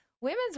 women's